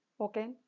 okay